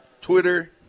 Twitter